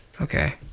Okay